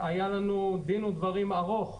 היה לנו דין ודברים ארוך,